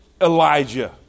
Elijah